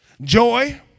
Joy